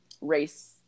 race